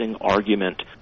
argument